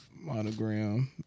monogram